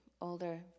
older